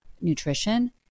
nutrition